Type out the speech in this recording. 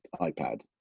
iPad